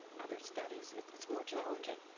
other studies. it's more challenging.